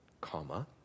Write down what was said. comma